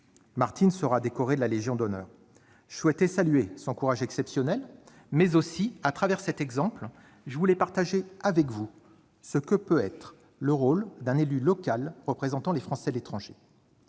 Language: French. Martine sera décorée de la Légion d'honneur. Je souhaitais saluer son courage exceptionnel, mais aussi, au travers de cet exemple, partager avec vous ce que peut être le rôle d'un élu local représentant les Français de l'étranger.